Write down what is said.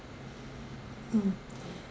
mm